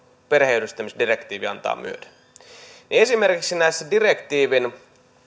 perheenyhdistämisdirektiivi antaa myöden niin ei esimerkiksi näissä direktiivin